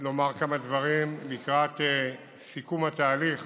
דברים לקראת סיכום התהליך